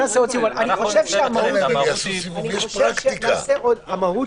אני חושב שהמהות